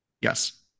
Yes